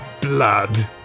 blood